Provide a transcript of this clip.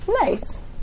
Nice